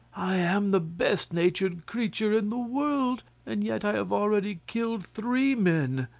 i am the best-natured creature in the world, and yet i have already killed three men,